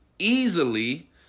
easily